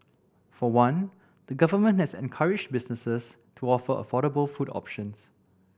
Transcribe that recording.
for one the government has encouraged businesses to offer affordable food options